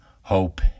hope